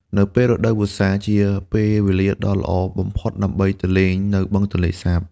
នៅពេលរដូវវស្សា ជាពេលវេលាដ៏ល្អបំផុតដើម្បីទៅលេងនៅបឹងទន្លេសាប។